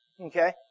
Okay